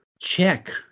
check